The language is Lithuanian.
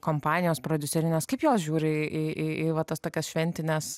kompanijos prodiuserinės kaip jos žiūri į į į vat tas tokias šventines